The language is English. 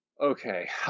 okay